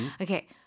Okay